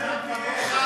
כמוך,